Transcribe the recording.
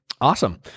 Awesome